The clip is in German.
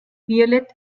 violett